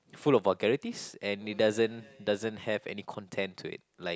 full of vulgarities and it doesn't doesn't have any content to it like